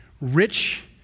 rich